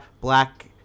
black